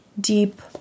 deep